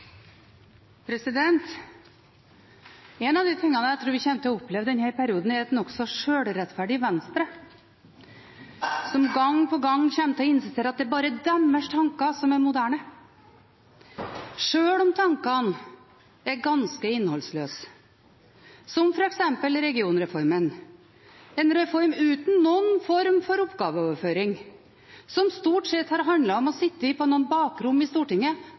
En av de tingene jeg tror vi kommer til å oppleve i denne perioden, er et nokså sjølrettferdig Venstre, som gang på gang kommer til å insistere på at det er bare deres tanker som er moderne – sjøl om tankene er ganske innholdsløse, som f.eks. regionreformen, en reform uten noen form for oppgaveoverføring, hvor det stort sett har handlet om å sitte på noen bakrom på Stortinget